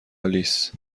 آلیس